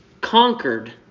conquered